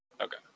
Okay